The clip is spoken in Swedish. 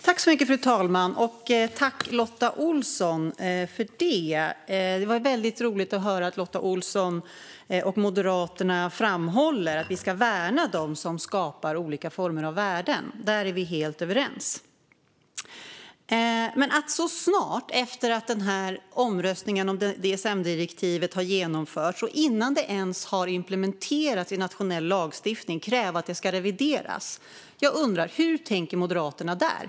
Fru talman! Tack, Lotta Olsson! Det var roligt att höra att Lotta Olsson och Moderaterna framhåller att vi ska värna dem som skapar olika former av värden. Där är vi helt överens. När det gäller att så här snart efter det att omröstningen om DSM-direktivet genomförts och innan det ens har implementerats i nationell lagstiftning kräva att det ska revideras undrar jag dock hur Moderaterna tänker.